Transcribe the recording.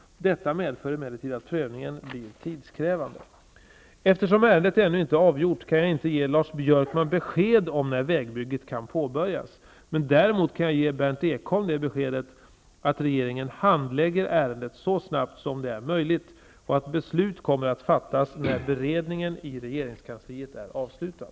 Detta medför emellertid att prövningen blir tidskrävande. Eftersom ärendet ännu inte är avgjort, kan jag inte ge Lars Björkman besked om när vägbygget kan påbörjas, men däremot kan jag ge Berndt Ekholm det beskedet att regeringen handlägger ärendet så snabbt som det är möjligt och att beslut kommer att fattas när beredningen i regeringskansliet är avslutad.